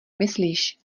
myslíš